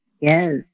Yes